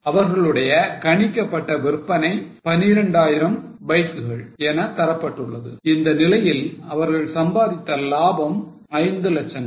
அவர்களுடைய கணிக்கப்பட்ட விற்பனை 12000 பைக்கள் என தரப்பட்டுள்ளது இந்த நிலையில் அவர்கள் சம்பாதித்த லாபம் 5 லட்சங்கள்